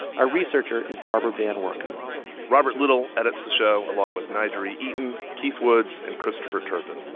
our researcher is barbara van woerkom robert little edits the show along with n'jeri eaton, keith woods and christopher turpin.